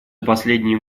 последние